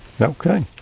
Okay